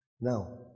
Now